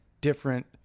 different